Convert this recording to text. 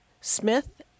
Smith